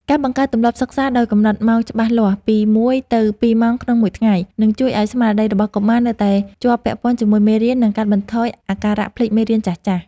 ការបង្កើតទម្លាប់សិក្សាដោយកំណត់ម៉ោងច្បាស់លាស់ពីមួយទៅពីរម៉ោងក្នុងមួយថ្ងៃ នឹងជួយឱ្យស្មារតីរបស់កុមារនៅតែជាប់ពាក់ព័ន្ធជាមួយមេរៀន និងកាត់បន្ថយអាការៈភ្លេចមេរៀនចាស់ៗ។